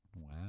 Wow